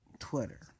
twitter